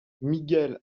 miguel